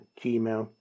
gmail